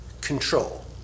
control